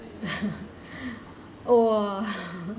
oh